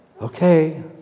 Okay